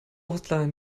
hotline